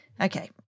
Okay